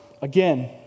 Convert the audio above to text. Again